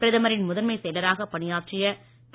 பிரதமரின் முதன்மைச் செயலராக பணியாற்றிய திரு